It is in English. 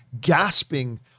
gasping